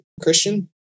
Christian